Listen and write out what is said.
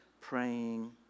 praying